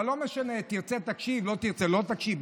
אבל לא משנה, תרצה, תקשיב, לא תרצה, לא תקשיב.